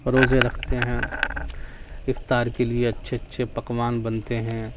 روزے رکھتے ہیں افطار کے لیے اچھے اچھے پکوان بنتے ہیں